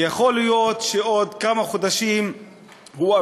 כי יכול להיות שעוד כמה חודשים הוא,